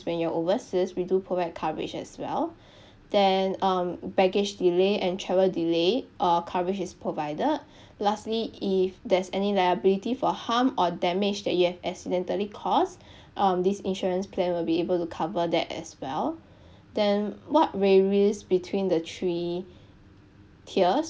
when you're overseas we do provide coverage as well then um baggage delay and travel delay uh coverage is provided lastly if there's any liability for harm or damage that you have accidentally caused um this insurance plan will be able to cover that as well then what varies between the three tiers